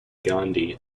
gandhi